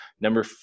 Number